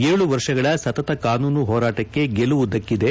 ಏಳು ವರ್ಷಗಳ ಸತತ ಕಾನೂನು ಹೋರಾಟಕ್ಕೆ ಗೆಲುವು ದಕ್ಕದೆ